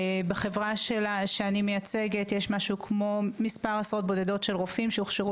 בחברה שאני מייצגת יש משהו כמו מספר עשרות בודדות של רופאים שהוכשרו